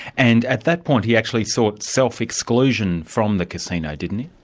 and at that point, he actually sought self-exclusion from the casino, didn't he?